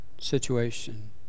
situation